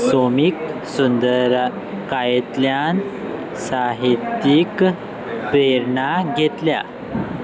सैमीक सुंदरकायेंतल्यान साहित्यीक प्रेरणा घेतल्या